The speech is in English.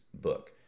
book